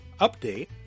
update